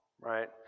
right